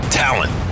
talent